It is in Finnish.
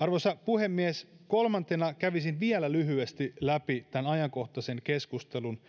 arvoisa puhemies kolmantena kävisin vielä lyhyesti läpi tämän ajankohtaisen keskustelun